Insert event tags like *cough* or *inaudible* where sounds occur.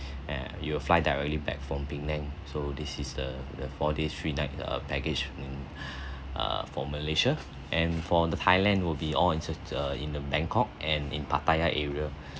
and you will fly directly back from penang so this is the the four days three nights err package in *breath* err for malaysia and for the thailand will be all in such err in the bangkok and in pattaya area